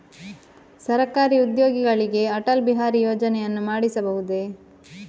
ಸರಕಾರಿ ಉದ್ಯೋಗಿಗಳಿಗೆ ಅಟಲ್ ಬಿಹಾರಿ ಯೋಜನೆಯನ್ನು ಮಾಡಿಸಬಹುದೇ?